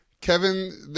Kevin